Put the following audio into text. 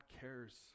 cares